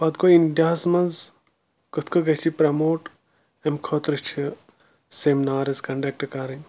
پَتہٕ گوٚو اِنٛڈیاہَس منٛز کِتھ کٔنۍ گَژھِ یہِ پٕرَموٹ اَمہِ خٲطرٕ چھِ سیٚمنَارٕز کَنڈَکٹہٕ کَرٕنۍ